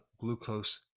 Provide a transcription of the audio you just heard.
glucose